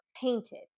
painted